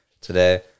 today